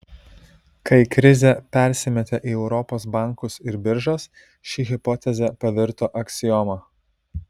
kai krizė persimetė į europos bankus ir biržas ši hipotezė pavirto aksioma